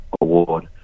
Award